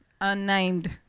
unnamed